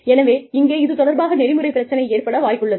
எனவே இங்கே இது தொடர்பாக நெறிமுறை பிரச்சனை ஏற்பட வாய்ப்புள்ளது